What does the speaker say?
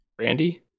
randy